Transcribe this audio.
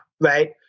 right